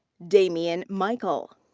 damien michel.